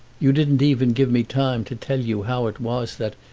you didn't even give me time to tell you how it was that,